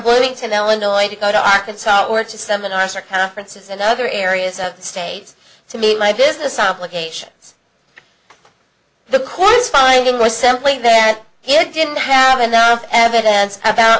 bloomington illinois to go to arkansas or to seminars or conferences and other areas of the state to meet my business obligations the court is finding was simply that he didn't have enough evidence about